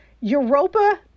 Europa